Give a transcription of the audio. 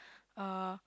uh